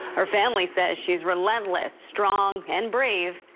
her family says she's relentless, strong, and brave,